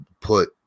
put